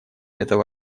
этого